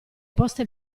posta